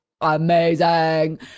amazing